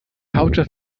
hauptstadt